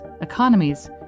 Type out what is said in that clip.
economies